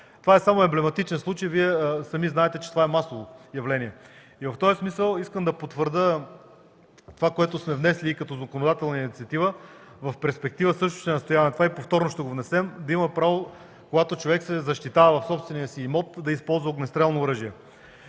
Това е само емблематичен случай, Вие сами знаете, че това е масово явление. В този смисъл, искам да потвърдя това, което сме внесли като законодателна инициатива, в перспектива също ще настояваме на това и повторно ще го внесем: когато човек се защитава в собствения си имот, да има право да използва огнестрелни оръжия.